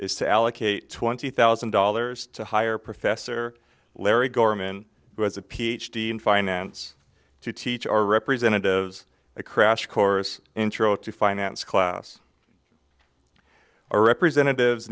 is to allocate twenty thousand dollars to hire professor larry gorman who has a ph d in finance to teach our representatives a crash course intro to finance class our representatives